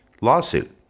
lawsuit